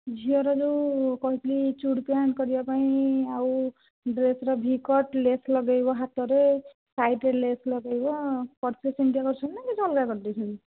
ଝିଅର ଯେଉଁ କହିଥିଲି ଚୁଡ଼ି ପ୍ୟାଣ୍ଟ୍ କରିବା ପାଇଁ ଆଉ ଡ୍ରେସ୍ର ଭି କଟ୍ ଲେସ୍ ଲଗାଇବ ହାତରେ ସାଇଡ଼୍ରେ ଲେସ୍ ଲଗାଇବ କରିଛ ସେମିତିଆ କରିଛନ୍ତି ନା କିଛି ଅଲଗା କରିଦେଇଛନ୍ତି